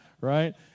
right